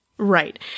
Right